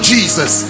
Jesus